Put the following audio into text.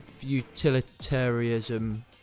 utilitarianism